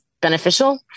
beneficial